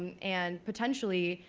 and potentially,